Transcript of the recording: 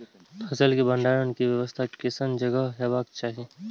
फसल के भंडारण के व्यवस्था केसन जगह हेबाक चाही?